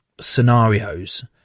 scenarios